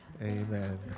Amen